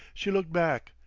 she looked back,